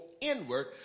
inward